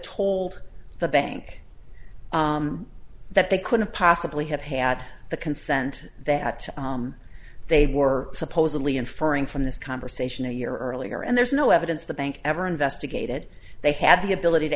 told the bank that they couldn't possibly have had the consent that they were supposedly inferring from this conversation a year earlier and there's no evidence the bank ever investigated they had the ability to